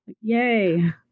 Yay